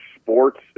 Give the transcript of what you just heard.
sports